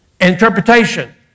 interpretation